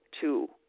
Two